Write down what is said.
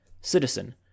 Citizen